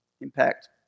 impact